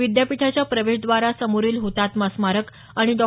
विद्यापीठाच्या प्रवेशद्वारा समोरील हतात्मा स्मारक आणि डॉ